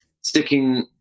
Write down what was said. sticking